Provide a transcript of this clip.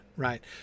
Right